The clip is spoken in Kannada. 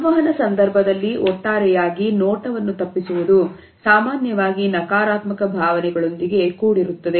ಸಂವಹನ ಸಂದರ್ಭದಲ್ಲಿ ಒಟ್ಟಾರೆಯಾಗಿ ನೋಟವನ್ನು ತಪ್ಪಿಸುವುದು ಸಾಮಾನ್ಯವಾಗಿ ನಕಾರಾತ್ಮಕ ಭಾವನೆಗಳೊಂದಿಗೆ ಕೂಡಿರುತ್ತದೆ